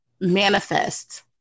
manifest